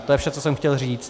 To je vše, co jsem chtěl říct.